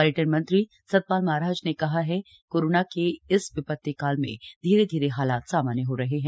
पर्यटन मंत्री सतपाल महाराज ने कहा है करोना के इस विपत्ति काल में धीरे धीरे हालात सामान्य हो रहे हैं